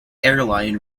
airline